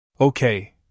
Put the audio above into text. Okay